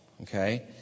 okay